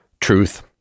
truth